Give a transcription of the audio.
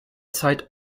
zeit